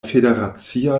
federacia